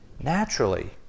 naturally